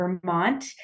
Vermont